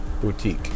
boutique